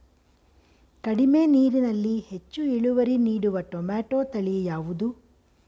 ಕಡಿಮೆ ನೀರಿನಲ್ಲಿ ಹೆಚ್ಚು ಇಳುವರಿ ನೀಡುವ ಟೊಮ್ಯಾಟೋ ತಳಿ ಯಾವುದು?